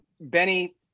Benny